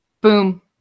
Boom